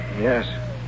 Yes